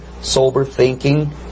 sober-thinking